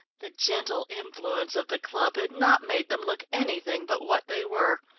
the gentle influence of the club had not made them look anything but what they were.